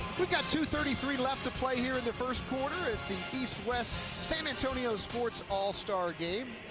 we've got two thirty three left to play here in the first quarter, it's the east-west san antonio sports all star game.